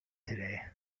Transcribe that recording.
today